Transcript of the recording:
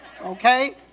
Okay